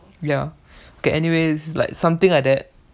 ya okay anyways like something like that